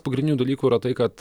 pagrindinių dalykų yra tai kad